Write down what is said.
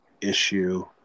issue